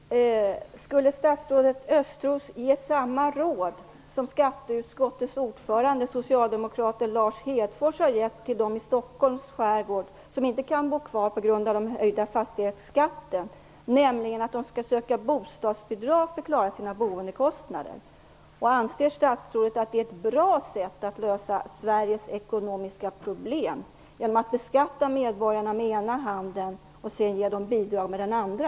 Herr talman! Skulle statsrådet Östros ge samma råd som skatteutskottets ordförande, socialdemokraten Lars Hedfors, har gett till de i Stockholms skärgård som inte kan bo kvar på grund av den höjda fastighetsskatten? Han har nämligen gett rådet att de skall söka bostadsbidrag för att kunna klara av sina boendekostnader? Anser statsrådet att det är bra att lösa Sveriges ekonomiska problem genom att man beskattar medborgarna med ena handen och sedan ger dem bidrag med den andra?